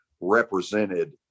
represented